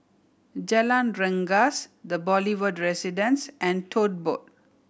Jalan Rengas The Boulevard Residence and Tote Board